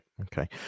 okay